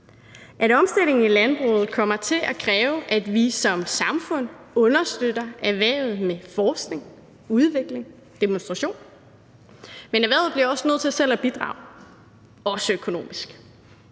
at omstillingen i landbruget kommer til at kræve, at vi som samfund understøtter erhvervet med forskning, udvikling og demonstration. Men erhvervet bliver også nødt til selv at bidrage, også økonomisk.